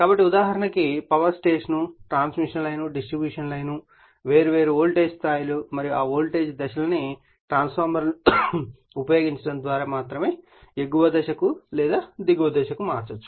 కాబట్టి ఉదాహరణకు power station transmission line distribution line వేర్వేరు వోల్టేజ్ స్థాయిలు మరియు ఆ వోల్టేజ్ దశలను ట్రాన్స్ఫార్మర్లను ఉపయోగించడం ద్వారా మాత్రమే ఎగువ దశ కు లేదా దిగువ దశ కు మార్చవచ్చు